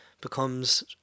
becomes